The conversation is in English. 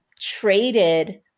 traded